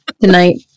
tonight